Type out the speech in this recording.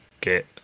get